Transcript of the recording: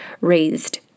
raised